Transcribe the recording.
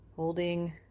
Holding